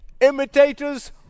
imitators